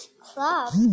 club